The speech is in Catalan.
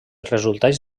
resultats